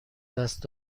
دست